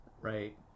Right